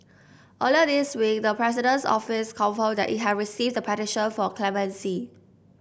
earlier this week the President's Office confirmed that it had received the petition for clemency